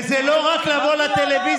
וזה לא רק לבוא לטלוויזיה,